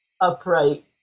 upright